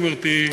גברתי,